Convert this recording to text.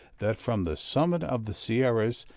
that, from the summit of the sierras,